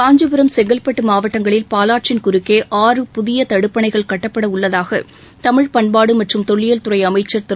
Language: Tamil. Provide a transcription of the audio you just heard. காஞ்சிபுரம் செங்கற்பட்டு மாவட்டங்களில் பாலாற்றின் குறுக்கே ஆறு புதிய தடுப்பணைகள் கட்டப்படவுள்ளதாக தமிழ் பண்பாடு மற்றும் தொல்லியல் துறை அமைச்சர் திரு